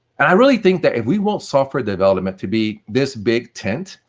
i really think that, if we want software development to be this big tent,